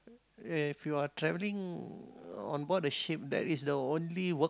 if you are travelling on board a ship that is the only work